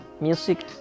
music